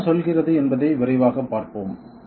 அது என்ன சொல்கிறது என்பதை விரைவாகப் பார்ப்போம்